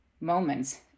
moments